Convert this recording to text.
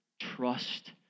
trust